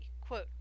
Quote